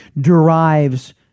derives